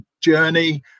journey